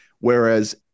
Whereas